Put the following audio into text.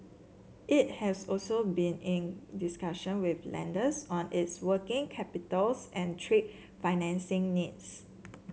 it has also been in discussion with lenders on its working capitals and trade financing needs